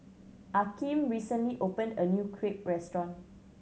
Akeem recently opened a new Crepe restaurant